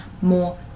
more